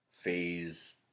phase